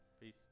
Peace